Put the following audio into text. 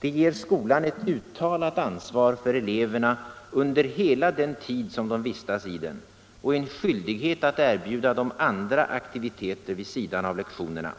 Det ger skolan ett uttalat ansvar för eleverna under hela den tid som de vistas i den och en skyldighet att erbjuda dem andra aktiviteter vid sidan av lektionerna.